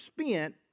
spent